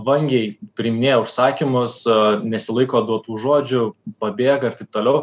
vangiai priiminėja užsakymus su nesilaiko duotų žodžių pabėga ir taip toliau